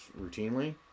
routinely